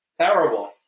Terrible